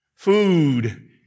Food